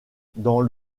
dans